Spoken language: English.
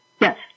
Yes